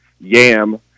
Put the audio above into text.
Yam